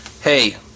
Hey